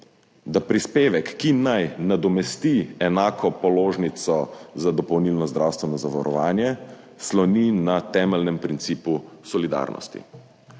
da prispevek, ki naj nadomesti enako položnico za dopolnilno zdravstveno zavarovanje, sloni na temeljnem principu solidarnosti.